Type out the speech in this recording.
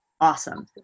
Awesome